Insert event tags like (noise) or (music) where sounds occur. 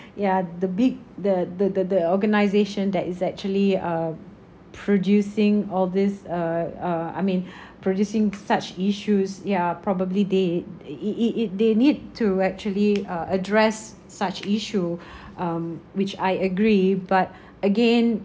yeah the big the the the the organisation that is actually uh producing all these uh uh I mean (breath) producing such issues yeah probably they it it it they need to actually uh address such issue (breath) um which I agree but again